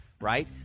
right